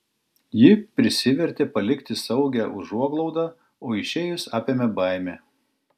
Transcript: ji prisivertė palikti saugią užuoglaudą o išėjus apėmė baimė